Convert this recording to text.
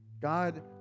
God